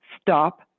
stop